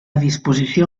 disposició